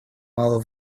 мало